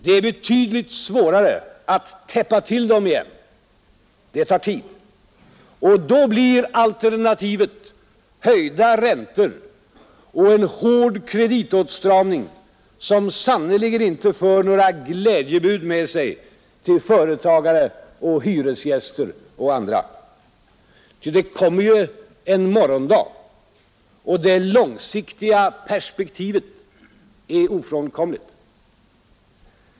Det är betydligt svårare att täppa till dem igen. Det tar tid. Och då blir alternativet höjda räntor och en hård kreditåtstramning som sannerligen inte för några glädjebud med sig till företagare och hyresgäster och andra. Ty det kommer ju en morgondag. Och det långsiktiga perspektivet är ofrånkomligt.